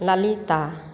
Lalita